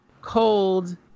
Cold